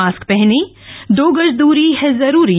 mask पहनें दो गज दूरी है जरूरी